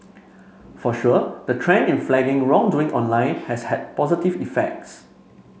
for sure the trend in flagging wrongdoing online has had positive effects